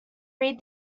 read